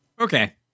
Okay